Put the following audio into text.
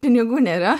pinigų nėra